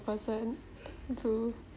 person to